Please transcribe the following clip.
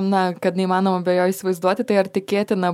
na kad neįmanoma be jo įsivaizduoti tai ar tikėtina